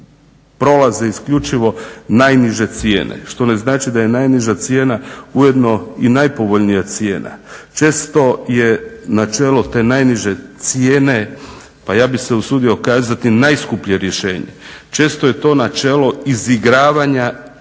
prolaze isključivo najniže cijene što ne znači da je najniža cijena ujedno i najpovoljnija cijena. Često je načelo te najniže cijene pa ja bih se usudio kazati najskuplje rješenje. Često je to načelo izigravanja